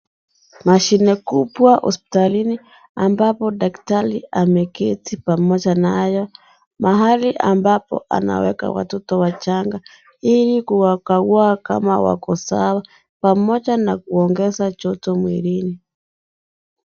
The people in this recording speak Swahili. Mashine kubwa hospitalini, ambapo daktari ameketi pamoja nayo, mahali ambapo anaweka watoto wachanga, ili kuwakagua kama wako sawa. Pamoja na kuongeza joto mwilini.